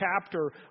chapter